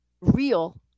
real